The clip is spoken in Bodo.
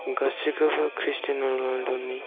गासिखौबो क्रिस्टियान' रनालद' नि